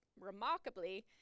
remarkably